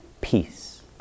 peace